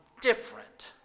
different